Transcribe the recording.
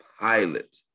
Pilot